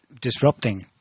disrupting